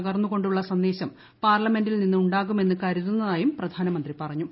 പകർന്നുകൊണ്ടുള്ള സന്ദേശം പാർലമെന്റിൽ നിന്ന് ഉണ്ടാകുമെന്ന് കരുതുന്നതായും പ്രധാനമന്ത്രി പറഞ്ഞു